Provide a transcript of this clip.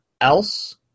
else